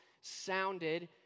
sounded